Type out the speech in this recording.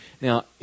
Now